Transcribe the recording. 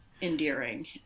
endearing